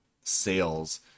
sales